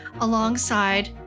alongside